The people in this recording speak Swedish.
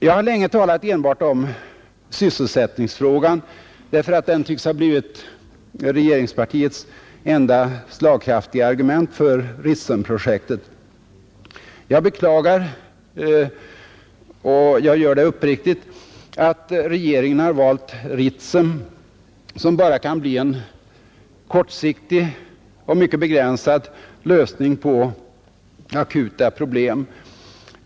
Jag har länge talat enbart om sysselsättningsfrågan därför att den tycks ha blivit regeringspartiets enda slagkraftiga argument för Ritsemprojektet. Jag beklagar uppriktigt att regeringen har valt Ritsem, som bara kan bli en kortsiktig och mycket begränsad lösning på akuta problem.